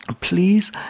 please